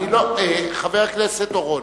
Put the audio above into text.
חבר הכנסת אורון,